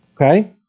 okay